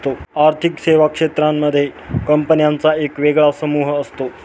आर्थिक सेवा क्षेत्रांमध्ये कंपन्यांचा एक वेगळा समूह असतो